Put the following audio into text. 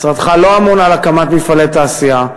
משרדך לא אמון על הקמת מפעלי תעשייה,